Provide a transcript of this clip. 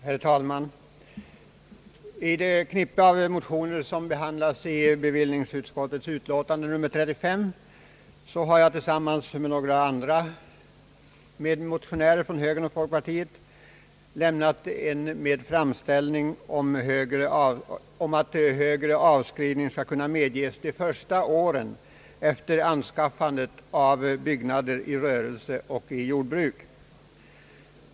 Herr talman! I det knippe av motioner som behandlas i bevillningsutskottets betänkande nr 35 finns en motion som jag lämnat tillsammans med några medmotionärer från högern och folkpartiet och som utmynnar i en framställning om att högre avskrivning skall kunna medges de första åren efter anskaffandet av byggnader i rörelse och jordbruk.